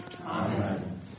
Amen